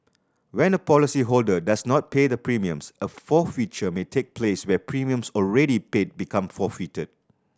when a policyholder does not pay the premiums a forfeiture may take place where premiums already paid become forfeited